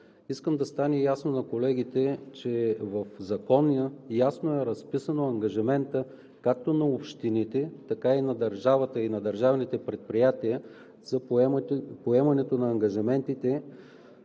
искам да стане ясно на колегите, че в Закона ясно е разписан ангажиментът както на общините, така и на държавата и на държавните предприятия за поемането на ангажиментите